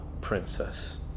princess